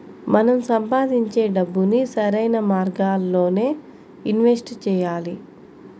మనం సంపాదించే డబ్బుని సరైన మార్గాల్లోనే ఇన్వెస్ట్ చెయ్యాలి